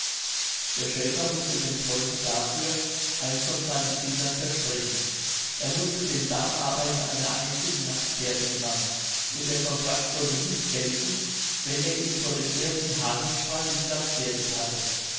der schäfer mußte dem teufel dafür eins von seinen kindern versprechen er mußte den damm aber in einer einzigen nacht fertig machen und der contrakt sollte nicht gelten wenn er ihn vor dem ersten hahnenschrei nicht ganz fertig hatte